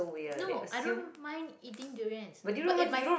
no i don't mind eating durians but if my